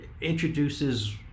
introduces